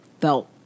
felt